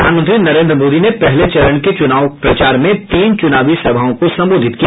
प्रधानमंत्री नरेन्द्र मोदी ने पहले चरण के चूनाव प्रचार में तीन चुनावी सभाओ को संबोधित किया